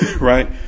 Right